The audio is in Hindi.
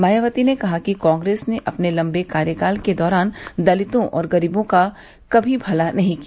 मायावती ने कहा कि कांग्रेस ने अपने लम्बे कार्यकाल के दौरान दलितों और गरीबों का कभी भला नहीं किया